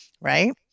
right